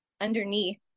underneath